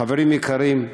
חברים יקרים,